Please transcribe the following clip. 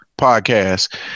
podcast